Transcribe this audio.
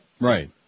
Right